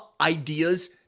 ideas